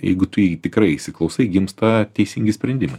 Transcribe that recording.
jeigu tu jį tikrai įsiklausai gimsta teisingi sprendimai